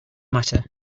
matter